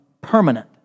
permanent